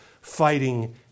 fighting